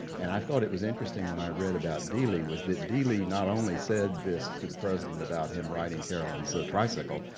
and i thought it was interesting when i read about dealey was that dealey not only said this to the president about him riding and so tricycle,